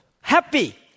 happy